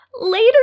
Later